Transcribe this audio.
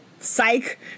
psych